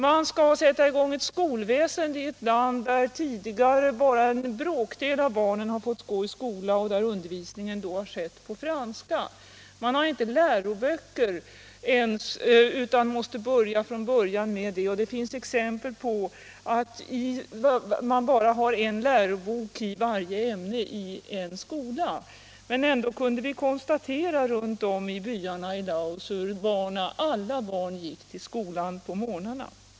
Man skall sätta i gång ett skolväsende i ett land, där tidigare bara en bråkdel av barnen gått i skola och där undervisningen skett på franska. Man har inte läroböcker ens utan måste börja från början. Det finns exempel på att man bara har en lärobok i varje ämne i en skola. Ändå kunde vi konstatera runt om i byarna i Laos hur alla barn gick till skolan på morgnarna.